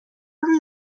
روی